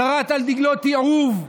חרת על דגלו תיעוב,